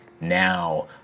Now